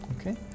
Okay